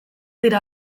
dira